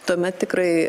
tuomet tikrai